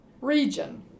region